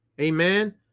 Amen